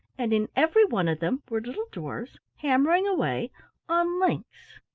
and in every one of them were little dwarfs hammering away on links.